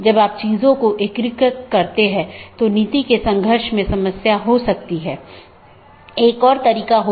यहाँ multi home AS के 2 या अधिक AS या उससे भी अधिक AS के ऑटॉनमस सिस्टम के कनेक्शन हैं